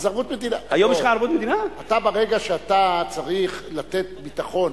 ברגע שאתה צריך לתת ביטחון,